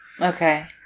Okay